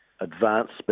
advanced